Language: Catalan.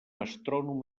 astrònom